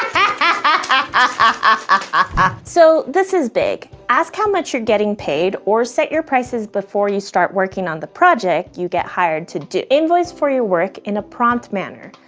ah so, this is big. ask how much you're getting paid or set your prices before you start working on the project you get hired to do. invoice for your work in a prompt manner.